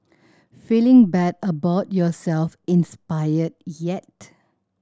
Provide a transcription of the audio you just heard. feeling bad about yourself inspired yet